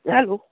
hello